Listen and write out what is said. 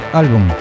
album